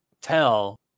tell